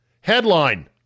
Headline